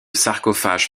sarcophage